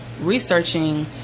researching